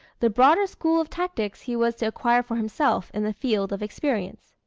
the broader school of tactics he was to acquire for himself in the field of experience.